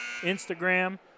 Instagram